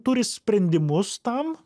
turi sprendimus tam